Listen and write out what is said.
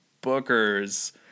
Booker's